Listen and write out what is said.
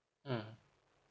mm